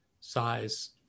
size